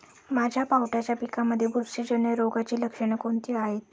माझ्या पावट्याच्या पिकांमध्ये बुरशीजन्य रोगाची लक्षणे कोणती आहेत?